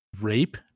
rape